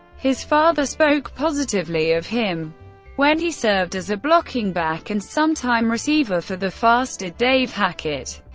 his father spoke positively of him when he served as a blocking back and sometime receiver for the faster dave hackett.